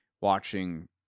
watching